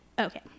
Okay